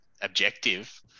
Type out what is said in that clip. objective